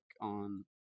on